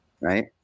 right